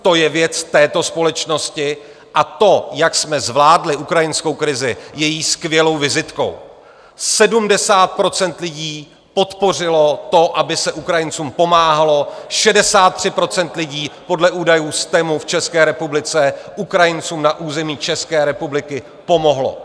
To je věc této společnosti a to, jak jsme zvládli ukrajinskou krizi, její skvělou vizitkou 70 % lidí podpořilo to, aby se Ukrajincům pomáhalo, 63 % lidí podle údajů STEMu v České republice Ukrajincům na území České republiky pomohlo.